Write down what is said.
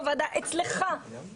אצלך בוועדה היו דיונים,